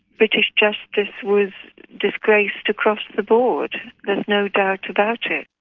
british justice was disgraced across the board, there's no doubt about it.